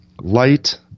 light